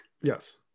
Yes